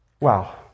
Wow